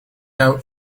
out